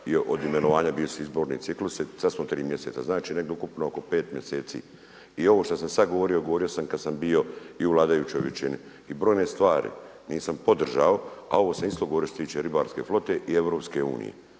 i od imenovanja bili su izborni ciklusi. Sad su tri mjeseca. Znači negdje ukupno oko pet mjeseci. I ovo što sam sad govorio, govorio sam kad sam bio i u vladajućoj većini. I brojne stvari nisam podržao, a ovo sam isto govorio što se tiče ribarske flote i EU. Vi